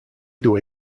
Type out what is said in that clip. due